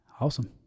awesome